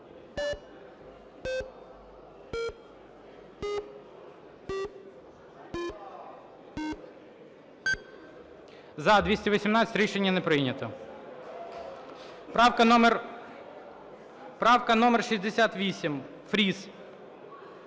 За-218 Рішення не прийнято. Правка номер 68, Фріс.